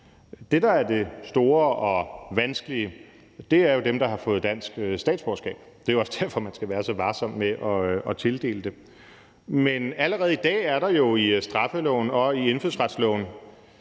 Det, der er det store og vanskelige, er jo dem, der har fået dansk statsborgerskab. Det er også derfor, man skal være så varsom med at tildele det. Men allerede i dag er der jo i straffeloven og i indfødsretsloven